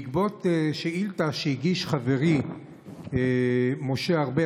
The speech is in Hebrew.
בעקבות שאילתה שהגיש חברי משה ארבל,